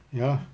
ya lah